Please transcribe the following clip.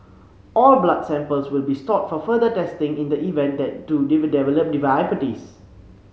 all blood samples will be stored for further testing in the event that do it develop diabetes